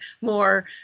more